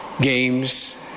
games